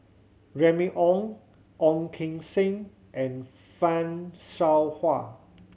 Remy Ong Ong Keng Sen and Fan Shao Hua